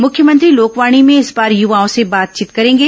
मुख्यमंत्री लोकवाणी में इस बार युवाओं से बातचीत करेंगे